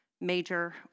major